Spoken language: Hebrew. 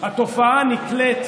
התופעה הנקלית,